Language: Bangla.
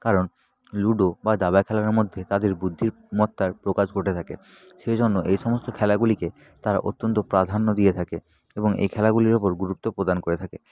কারণ লুডো বা দাবা খেলার মধ্যে তাদের বুদ্ধিরমত্তার প্রকাশ ঘটে থাকে সেই জন্য এই সমস্ত খেলাগুলিকে তারা অত্যন্ত প্রাধান্য দিয়ে থাকে এবং এই খেলাগুলির ওপর গুরুত্ব প্রদান করে থাকে